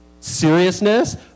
Seriousness